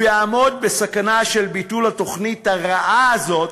הוא יעמוד בסכנה של ביצוע התוכנית הרעה הזאת